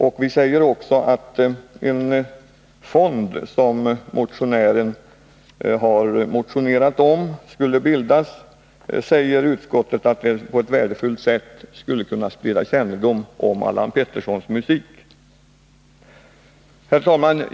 Motionären har föreslagit bildandet av en fond, och en sådan skulle, säger utskottet, ”på ett värdefullt sätt kunna sprida kännedom om Allan Petterssons musik”. Herr talman!